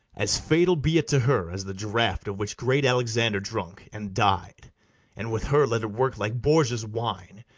as fatal be it to her as the draught of which great alexander drunk, and died and with her let it work like borgia's wine,